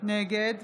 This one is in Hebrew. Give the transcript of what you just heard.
נגד